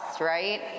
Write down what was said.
right